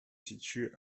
situe